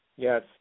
Yes